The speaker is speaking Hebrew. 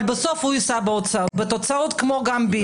אבל בסוף הוא יישא בתוצאות כמו גם ביבי.